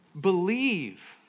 believe